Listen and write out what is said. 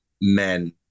men